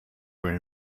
were